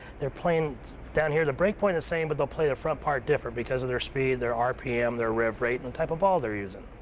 they're playing down here. the break point's the same, but they'll play the front part different because of their speed, their rpm, their rev rate and the type of ball they're using.